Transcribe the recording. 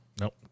Nope